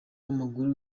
w’amaguru